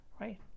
right